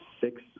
six